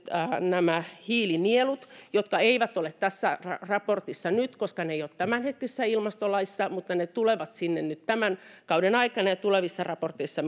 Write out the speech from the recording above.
hiilinielut jotka eivät ole tässä raportissa nyt koska ne eivät ole tämänhetkisessä ilmastolaissa mutta ne tulevat sinne tämän kauden aikana tulevissa raporteissa